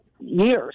years